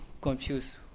confused